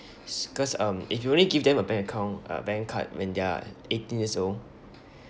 s~ cause um if you only give them a bank account a bank card when they're eighteen years old